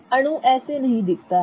अणु ऐसा नहीं दिखता है